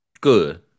Good